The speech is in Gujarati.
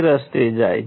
અને છેલ્લું G23 GM હશે